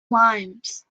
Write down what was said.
limes